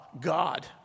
God